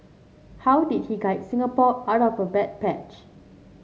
how did he guide Singapore out of the bad patch